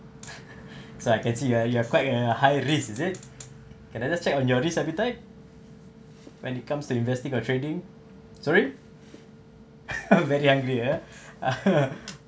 so I can see you are you are quite a high risk is it can I just check on your risk appetite when it comes to investing or trading sorry very hungry ah